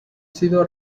sido